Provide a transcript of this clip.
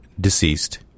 Deceased